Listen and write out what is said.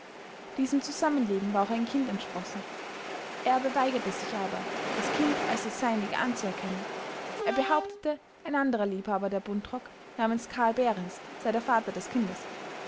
diesem zusammenleben war auch ein kind entsprossen erbe weigerte sich aber das kind als das seinige anzuerkennen er behauptete ein anderer liebhaber der buntrock namens karl behrens sei der vater des kindes